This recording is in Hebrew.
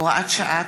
הוראת שעה),